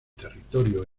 territorio